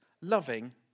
loving